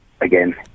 Again